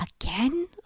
again